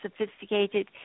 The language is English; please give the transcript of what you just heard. sophisticated